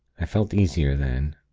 i felt easier then,